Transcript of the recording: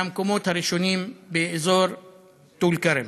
מהמקומות הראשונים באזור טול-כרם.